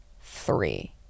three